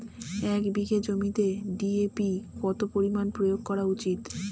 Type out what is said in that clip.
এক বিঘে জমিতে ডি.এ.পি কত পরিমাণ প্রয়োগ করা উচিৎ?